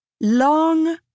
Long